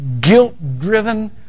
guilt-driven